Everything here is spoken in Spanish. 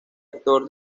actor